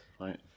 right